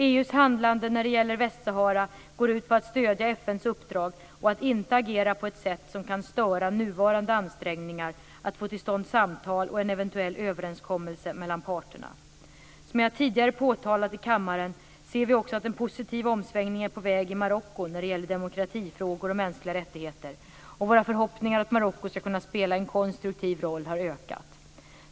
EU:s handlande när det gäller Västsahara går ut på att stödja FN:s uppdrag och att inte agera på ett sätt som kan störa nuvarande ansträngningar att få till stånd samtal och en eventuell överenskommelse mellan parterna. Som jag tidigare påtalat i kammaren ser vi också att en positiv omsvängning är på väg i Marocko när det gäller demokratifrågor och mänskliga rättigheter och våra förhoppningar att Marocko ska kunna spela en konstruktiv roll har ökat.